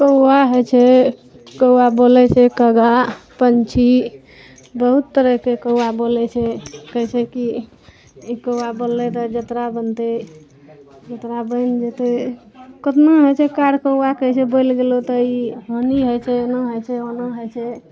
कौआ होइ छै कौआ बोलै छै कागा पक्षी बहुत तरहके कौआ बोलै छै कहै छै की ई कौआ बोललै तऽ जतरा बनतै जतरा बनि जेतै कतना होइ छै कार कौआ कहै छै बोलि गेलौ तऽ ई हानी होइ छै एना होइ छै ओना होइ छै